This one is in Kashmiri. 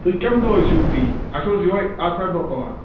تُہۍ کٔمۍ دۄہ ٲسِو فری اَسہِ اوس یِہٕے اَتوارِ دۄہ پُلان